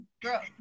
Girl